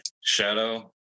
Shadow